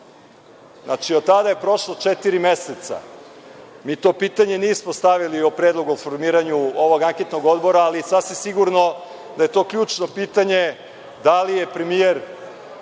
Znači, od tada je prošlo četiri meseca. Mi to pitanje nismo stavili u predlog o formiranju ovog anketnog odbora, ali sasvim je sigurno da je to ključno pitanje da li je premijer